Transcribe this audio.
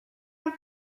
amb